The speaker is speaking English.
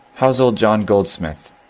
how's old john goldsmith?